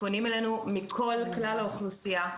פונים אלינו מכל כלל האוכלוסיה,